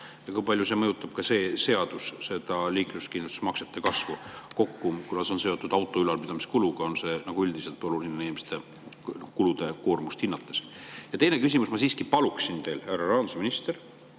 ja kui palju see mõjutab, ka see seadus, liikluskindlustuse maksete kasvu kokku. Kuna see on seotud auto ülalpidamise kuluga, on see üldiselt oluline inimeste kulude koormust hinnates. Ja teine küsimus. Ma siiski palun teil, härra rahandusminister,